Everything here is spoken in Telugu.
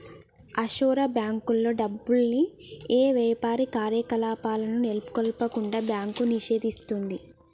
ఆఫ్షోర్ బ్యేంకుల్లో డబ్బుల్ని యే యాపార కార్యకలాపాలను నెలకొల్పకుండా బ్యాంకు నిషేధిస్తది